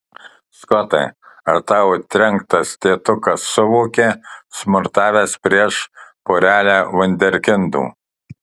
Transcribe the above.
skotai ar tavo trenktas tėtukas suvokė smurtavęs prieš porelę vunderkindų